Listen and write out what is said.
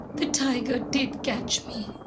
the tiger did catch me.